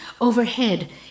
overhead